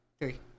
Three